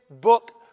book